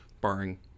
barring